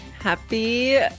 happy